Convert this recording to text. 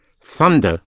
thunder